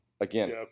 Again